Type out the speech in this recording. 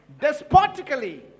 despotically